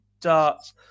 darts